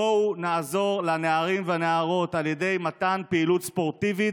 בואו נעזור לנערים והנערות על ידי מתן פעילות ספורטיבית.